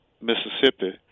Mississippi